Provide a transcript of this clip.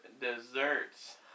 desserts